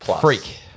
Freak